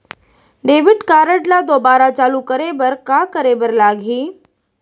Debit card ला दोबारा चालू करे बर का करे बर लागही?